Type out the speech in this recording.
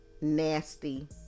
nasty